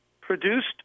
produced